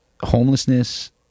homelessness